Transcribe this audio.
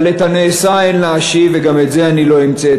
אבל את הנעשה אין להשיב, וגם את זה אני לא המצאתי.